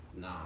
nah